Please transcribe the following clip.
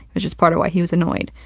which is part of why he was annoyed.